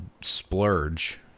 splurge